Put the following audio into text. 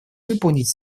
выполнить